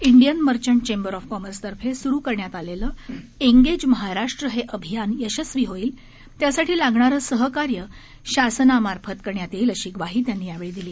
Indian merchant chamber of कॉमर्सतर्फे सुरु करण्यात आलेलं एंगेज महाराष्ट्र हे अभियान यशस्वी होईल त्यासाठी लागणारे सहकार्य शासनामार्फत करण्यात येईल अशी ग्वाही यावेळी त्यांनी दिली